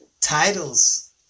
titles